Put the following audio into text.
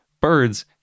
birds